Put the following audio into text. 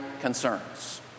concerns